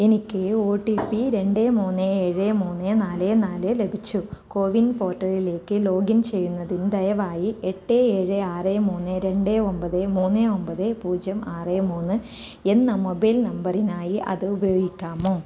എനിക്ക് O T P രണ്ട് മൂന്ന് ഏഴ് മൂന്ന് നാല് നാല് ലഭിച്ചു കോവിൻ പോർട്ടലിലേക്ക് ലോഗിൻ ചെയ്യുന്നതിന് ദയവായി എട്ട് ഏഴ് ആറ് മൂന്ന് രണ്ട് ഒമ്പത് മൂന്ന് ഒമ്പത് പൂജ്യം ആറ് മൂന്ന് എന്ന മൊബൈൽ നമ്പറിനായി അത് ഉപയോഗിക്കാമോ